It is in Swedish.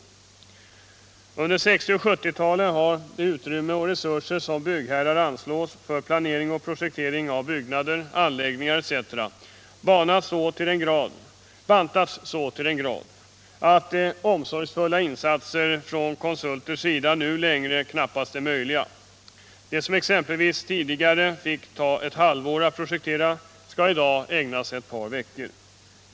Under 1960 och 1970-talen har det utrymme och de resurser som byggherrar anslår för planering och projektering av byggnader, anläggningar etc. bantats så till den grad att omsorgsfulla insatser av konsulter nu längre knappast är möjliga. Det som exempelvis tidigare fick ta ett halvår att projektera skall i dag ägnas bara ett par veckor.